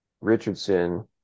Richardson